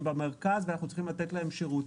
במרכז ואנחנו צריכים לתת להם שירות.